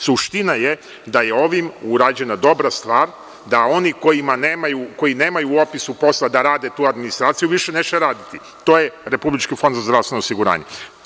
Suština je da je ovim urađena dobra stvar, da oni koji nemaju u opisu posla da rade tu administraciju više neće raditi, to je Republički fond za zdravstveno osiguranje.